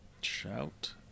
Shout